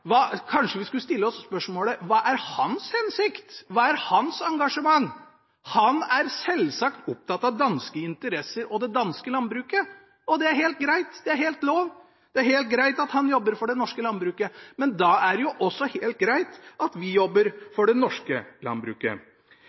Kanskje vi skal stille oss spørsmålet hva er hans hensikt, hva er hans engasjement? Han er selvsagt opptatt av danske interesser og det danske landbruket, og det er helt greit, det er helt lov. Det er helt greit at han jobber for det danske landbruket, men da er det jo også helt greit at vi jobber for det norske landbruket.